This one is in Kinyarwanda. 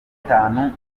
gatanu